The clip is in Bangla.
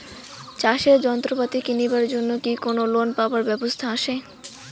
চাষের যন্ত্রপাতি কিনিবার জন্য কি কোনো লোন পাবার ব্যবস্থা আসে?